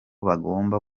bagomba